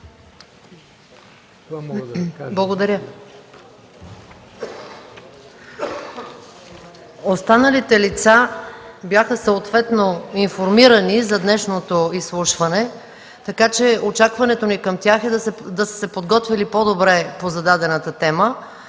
Останалите лица бяха съответно информирани за днешното изслушване, така че очакването към тях е да са се подготвили по-добре по зададената тема,